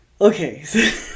okay